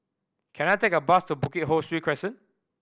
can I take a bus to Bukit Ho Swee Crescent